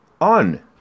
on